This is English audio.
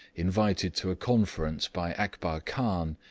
invited to a conference by akbar khan,